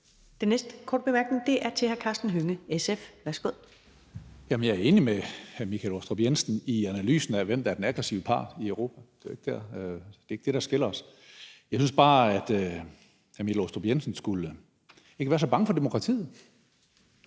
Den næste korte bemærkning er til hr. Karsten Hønge, SF. Værsgo. Kl. 15:28 Karsten Hønge (SF): Jamen jeg er enig med hr. Michael Aastrup Jensen i analysen af, hvem der er den aggressive part i Europa. Det er ikke det, der skiller os. Jeg synes bare, at hr. Michael Aastrup Jensen ikke skulle være så bange for demokratiet,